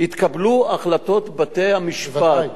התקבלו החלטות בתי-המשפט,